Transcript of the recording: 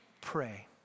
pray